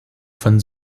von